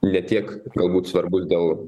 ne tiek galbūt svarbus dėl